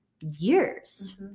years